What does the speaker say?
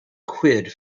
quid